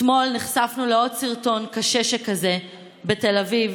אתמול נחשפנו לעוד סרטון קשה שכזה בתל אביב,